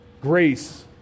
Grace